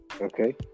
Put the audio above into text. okay